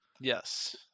Yes